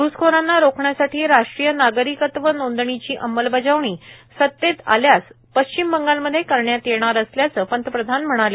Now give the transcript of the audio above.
घ्सखोऱ्यांना रोखण्यासाठी राष्ट्रीय नागरीकत्व नोंदणीची अंमलबजावणी सत्तेत आल्यास पश्चिम बंगालमध्ये करण्यात येणार असल्याचं पंतप्रधान म्हणाले